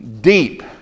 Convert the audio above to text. deep